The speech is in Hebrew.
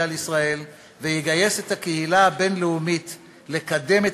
על ישראל ויגייס את הקהילה הבין-לאומית לקדם את